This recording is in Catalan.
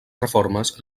reformes